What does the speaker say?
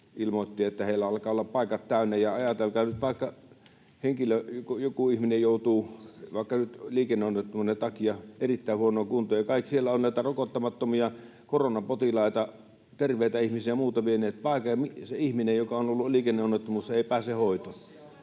ilmoitti: heillä alkavat olla paikat täynnä. Ajatelkaa nyt, jos joku ihminen joutuu vaikka liikenneonnettomuuden takia erittäin huonoon kuntoon ja siellä on näitä rokottamattomia koronapotilaita, terveet ihmiset vieneet muilta paikan, niin se ihminen, joka on ollut liikenneonnettomuudessa, ei pääse hoitoon.